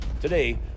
Today